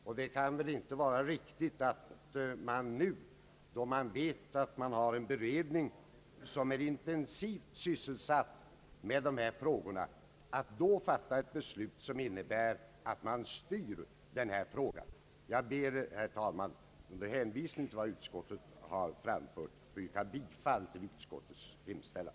Det kan väl inte vara riktigt att nu, då vi vet att det finns en beredning som är intensivt sysselsatt med dessa frågor, träffa ett beslut som innebär att man styr denna fråga. Jag ber, herr talman, under hänvisning till vad utskottet har framfört få yrka bifall till utskottets hemställan.